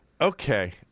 Okay